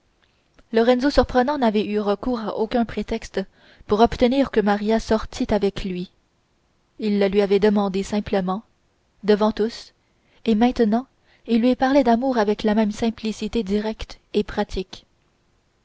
lorenzo surprenant n'avait eu recours à aucun prétexte pour obtenir que maria sortît avec lui il le lui avait demandé simplement devant tous et maintenant il lui parlait d'amour avec la même simplicité directe et pratique